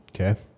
Okay